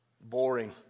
boring